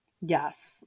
Yes